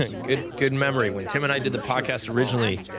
and good good memory. when tim and i did the podcast originally,